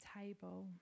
table